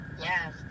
yes